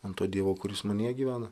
ant to dievo kuris manyje gyvena